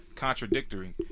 contradictory